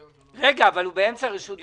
------ רגע, אבל הוא באמצע רשות דיבור.